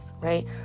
right